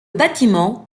bâtiment